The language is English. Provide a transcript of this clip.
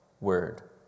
word